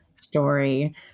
story